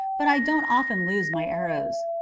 but i don't often lose my arrows.